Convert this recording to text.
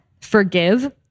forgive